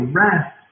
rest